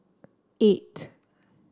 eight